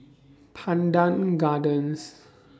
Pandan Gardens